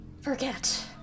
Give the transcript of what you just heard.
Forget